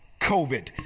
COVID